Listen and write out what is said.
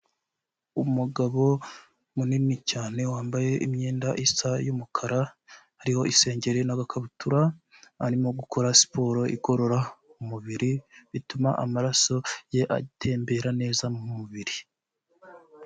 Umugabo munini cyane wambaye imyenda isa y'umukara, hariho isengeri n'agakabutura, arimo gukora siporo igorora umubiri, bituma amaraso ye atembera neza mu mubiri.